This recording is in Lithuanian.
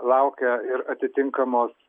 laukia ir atitinkamos